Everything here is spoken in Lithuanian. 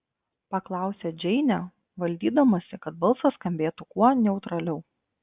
paklausė džeinė valdydamasi kad balsas skambėtų kuo neutraliau